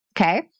Okay